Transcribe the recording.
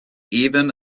even